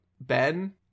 Ben